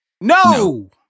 No